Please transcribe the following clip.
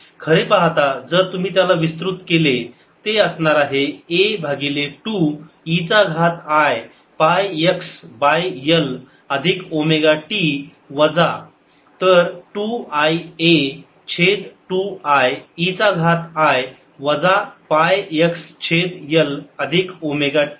खरे पाहता जर तुम्ही त्याला विस्तृत केले ते असणार आहे A भागिले 2 e चा घात i pi x by L अधिक ओमेगा t वजा तर 2 i A छेद 2 i e चा घात i वजा पाय x छेद L अधिक ओमेगा t